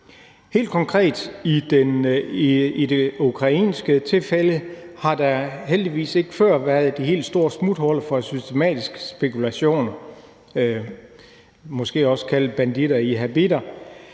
Helt konkret i det ukrainske tilfælde har der heldigvis ikke før været de helt store smuthuller for systematiske spekulationer – måske også kaldet banditter i habitter